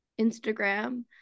Instagram